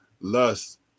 lust